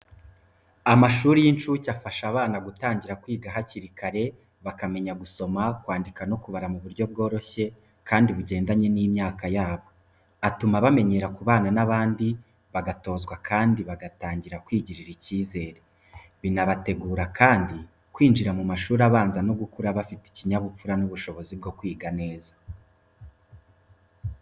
Amashuri y’incuke afasha abana gutangira kwiga hakiri kare, bakamenya gusoma, kwandika no kubara mu buryo bworoshye kandi bugendanye n’ imyaka yabo. Atuma bamenyera kubana n’abandi bagatozwa kandi bagatangira kwigirira icyizere. Binabategura kandi kwinjira mu mashuri abanza no gukura bafite ikinyabupfura n’ubushobozi bwo kwiga neza.